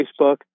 Facebook